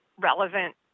relevant